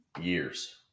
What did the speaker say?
years